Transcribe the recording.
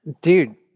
dude